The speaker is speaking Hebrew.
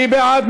מי בעד?